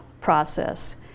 process